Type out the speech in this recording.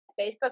Facebook